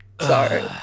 Sorry